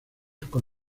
con